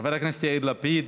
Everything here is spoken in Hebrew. חבר הכנסת יאיר לפיד,